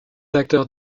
acteurs